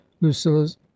lucilla's